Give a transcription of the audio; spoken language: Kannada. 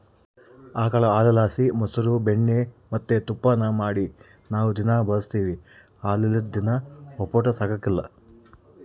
ಆಕುಳು ಹಾಲುಲಾಸಿ ಮೊಸ್ರು ಬೆಣ್ಣೆ ಮತ್ತೆ ತುಪ್ಪಾನ ಮಾಡಿ ನಾವು ದಿನಾ ಬಳುಸ್ತೀವಿ ಹಾಲಿಲ್ಲುದ್ ದಿನ ಒಪ್ಪುಟ ಸಾಗಕಲ್ಲ